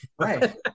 Right